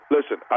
Listen